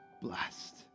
blessed